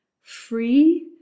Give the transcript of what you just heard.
free